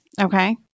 Okay